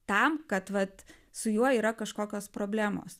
tam kad vat su juo yra kažkokios problemos